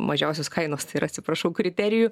mažiausios kainos tai ir atsiprašau kriterijų